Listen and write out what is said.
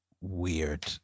weird